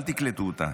אל תקלטו אותה.